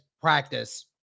practice